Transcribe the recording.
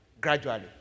gradually